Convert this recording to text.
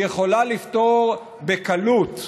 היא יכולה לפתור בקלות,